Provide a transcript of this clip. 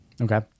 Okay